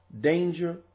danger